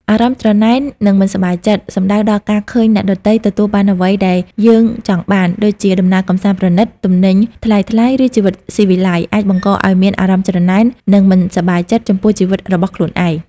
អារម្មណ៍ច្រណែន និងមិនសប្បាយចិត្ត សំដៅដល់ការឃើញអ្នកដទៃទទួលបានអ្វីដែលយើងចង់បាន ដូចជាដំណើរកម្សាន្តប្រណីត ទំនិញថ្លៃៗ ឬជីវិតស៊ីវិល័យ អាចបង្កឱ្យមានអារម្មណ៍ច្រណែន និងមិនសប្បាយចិត្តចំពោះជីវិតរបស់ខ្លួនឯង។